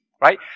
right